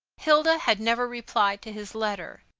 hilda had never replied to his letter.